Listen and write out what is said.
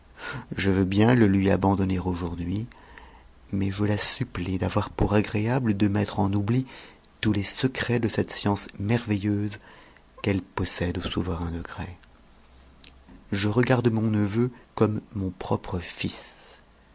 je veux bien le lui abandonner aujourd'hui mais je la supplie d'avoir pour agrëabtc mettre en oubli tous les secrets de cette science merveilleuse qo'pj possède au souverain degré je regarde mon neveu comme mon pront c